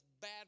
bad